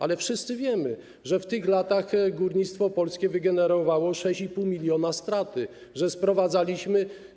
Ale wszyscy wiemy, że w tych latach górnictwo polskie wygenerowało 6,5 mld straty, że sprowadzaliśmy.